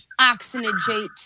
oxygenate